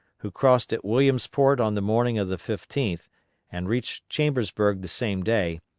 who crossed at williamsport on the morning of the fifteenth and reached chambersburg the same day,